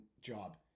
job